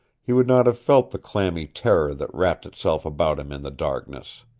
he would not have felt the clammy terror that wrapped itself about him in the darkness.